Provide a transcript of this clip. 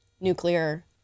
nuclear